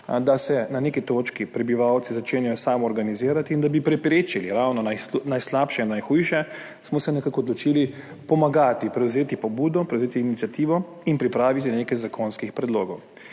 da se na neki točki prebivalci začenjajo samoorganizirati. Da bi preprečili ravno najslabše in najhujše, smo se nekako odločili pomagati, prevzeti pobudo, prevzeti iniciativo in pripraviti nekaj zakonskih predlogov.